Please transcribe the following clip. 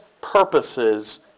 purposes